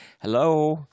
Hello